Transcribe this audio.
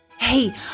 Hey